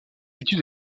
études